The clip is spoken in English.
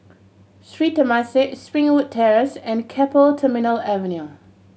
Sri Temasek Springwood Terrace and Keppel Terminal Avenue